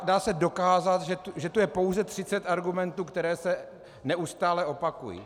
Dá se dokázat, že to je pouze 30 argumentů, které se neustále opakují.